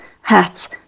hats